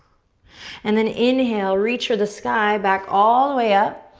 and then inhale, reach for the sky. back all the way up,